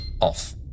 Off